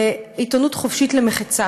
לעיתונות חופשית למחצה,